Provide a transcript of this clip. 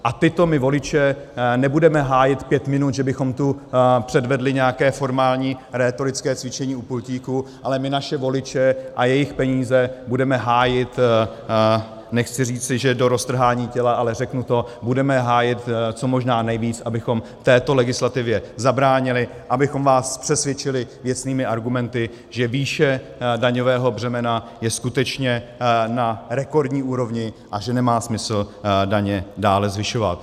A tyto voliče my nebudeme hájit pět minut, že bychom tu předvedli nějaké formální rétorické cvičení u pultíku, ale my naše voliče a jejich peníze budeme hájit, nechci říci, že do roztrhání těla, ale řeknu to, budeme hájit co možná nejvíc, abychom této legislativě zabránili, abychom vás přesvědčili věcnými argumenty, že výše daňového břemena je skutečně na rekordní úrovni a že nemá smysl daně dále zvyšovat.